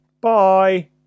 Bye